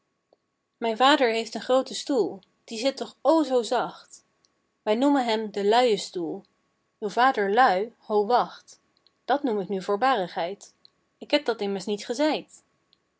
mijn vader heeft een grooten stoel die zit toch o zoo zacht wij noemen hem den luien stoel uw vader lui ho wacht dat noem ik nu voorbarigheid ik heb dat immers niet gezeid